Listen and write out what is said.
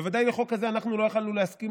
בוודאי לחוק הזה אנחנו לא יכולנו להסכים,